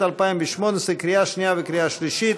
התשע"ט 2019, לקריאה שנייה וקריאה שלישית.